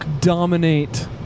dominate